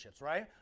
right